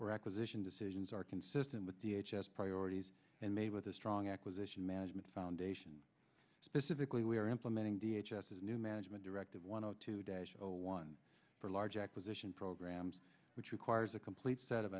acquisition decisions are consistent with the h s priorities and may with a strong acquisition management foundation specifically we are implementing d h s s new management directive one zero today show one for large acquisition programs which requires a complete set of